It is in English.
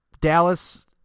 Dallas